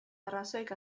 arrazoik